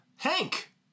Hank